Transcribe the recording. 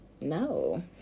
no